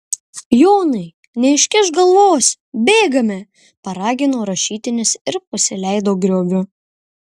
jonai neiškišk galvos bėgame paragino rašytinis ir pasileido grioviu